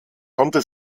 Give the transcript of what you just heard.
konnte